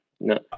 no